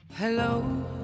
hello